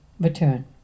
return